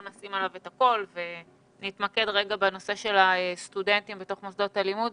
נשים עליו הכול ונתמקד בנושא של הסטודנטים בתוך מוסדות הלימוד.